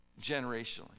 Generationally